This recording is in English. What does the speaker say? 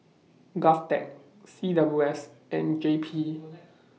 Govtech C W S and J P